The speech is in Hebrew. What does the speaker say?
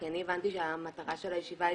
כי אני הבנתי שהמטרה של הישיבה היא